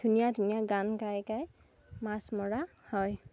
ধুনীয়া ধুনীয়া গান গাই গাই মাছ মৰা হয়